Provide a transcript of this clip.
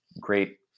great